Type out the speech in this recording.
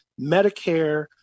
Medicare